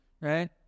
right